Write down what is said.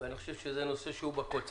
אני חושב שזה נושא בקונצנזוס,